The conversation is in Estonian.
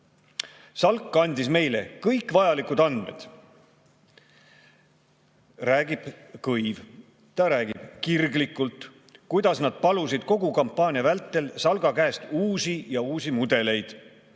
"Salk andis kõik meile vajalikud andmed," räägib Kõiv. "Ta räägib kirglikult, kuidas nad palusid kogu kampaania vältel Salga käest uusi ja uusi mudeleid."